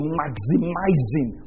maximizing